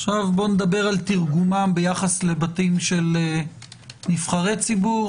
עכשיו בוא נדבר על תרגומם ביחס לבתים של נבחרי ציבור,